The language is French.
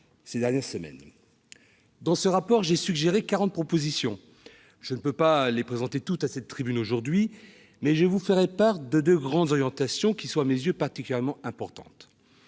des affaires sociales. Dans ce rapport, j'ai suggéré quarante propositions. Je ne peux pas les présenter toutes à cette tribune, mais je vous ferai part de deux grandes orientations qui sont à mes yeux particulièrement importantes.